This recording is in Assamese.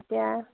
তেতিয়া